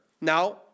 Now